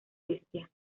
bestia